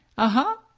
ah huh,